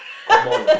come on ah